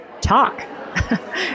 talk